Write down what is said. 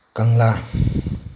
ꯀꯪꯂꯥ